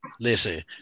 listen